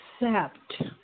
accept